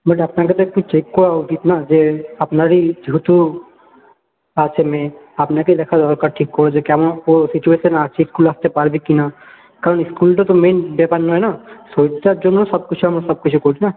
আপনাকে তো একটু চেক করা উচিত না যে আপনারই যেহেতু আছে মেয়ে আপনাকেই দেখা দরকার ঠিক করে যে কেমন ও সিচুয়েশানে আছে স্কুলে আসতে পারবে কি না কারণ স্কুলটা তো মেন ব্যাপার নয় না শরীরটার জন্য সবকিছু আমরা সবকিছু করি না